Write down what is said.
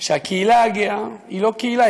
שהקהילה הגאה היא לא קהילה,